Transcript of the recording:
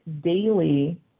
daily